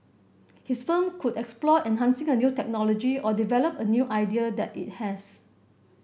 his firm could explore enhancing a new technology or develop a new idea that it has